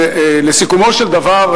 לסיכומו של דבר,